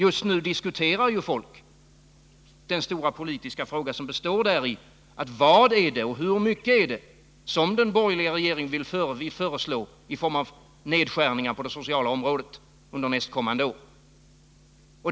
Just nu diskuterar ju folk den stora politiska frågan: Vad är det och hur mycket är det som den borgerliga regeringen vill föreslå i form av nedskärningar på det sociala området under nästkommande år?